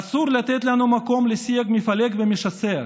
אסור לנו לתת מקום לשיח מפלג ומשסע,